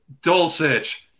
Dulcich